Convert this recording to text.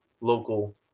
local